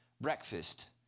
breakfast